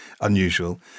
unusual